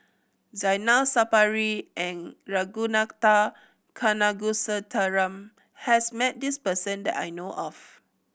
Zainal Sapari and Ragunathar Kanagasuntheram has met this person that I know of